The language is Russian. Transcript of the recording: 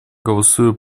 голосуя